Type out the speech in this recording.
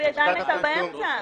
היא הייתה באמצע הדברים.